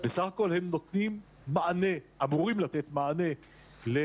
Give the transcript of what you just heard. בסך הכול הם אמורים לתת מענה למגזר